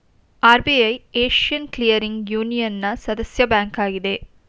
RBI Asian clearing ಯೂನಿಯನ್ನ ಸದಸ್ಯ bank ಆಗಿದೆ